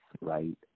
right